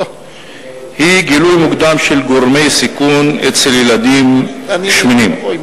היא גילוי מוקדם של גורמי סיכון אצל ילדים שמנים.